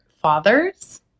fathers